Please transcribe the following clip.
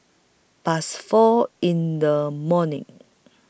Past four in The morning